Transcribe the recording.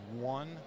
one